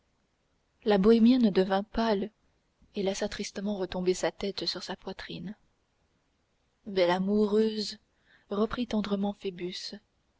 la bohémienne devint pâle et laissa tristement retomber sa tête sur sa poitrine belle amoureuse reprit tendrement